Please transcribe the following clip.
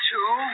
Two